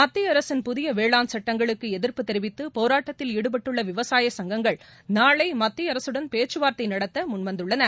மத்திய அரசின் புதிய வேளாண் சுட்டங்களுக்கு எதிா்ப்பு தெரிவித்து போராட்டத்தில் ஈடுபட்டுள்ள விவசாய சங்கங்கள் நாளை மத்திய அரசுடன் பேச்சுவார்தை நடத்த முன் வந்துள்ளன